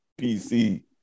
PC